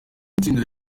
itsinda